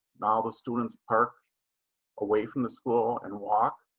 now the students park away from the school and walk.